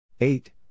Eight